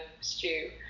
stew